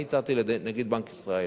אני הצעתי לנגיד בנק ישראל,